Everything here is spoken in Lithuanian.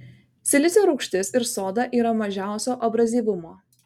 silicio rūgštis ir soda yra mažiausio abrazyvumo